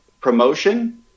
Promotion